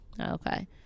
okay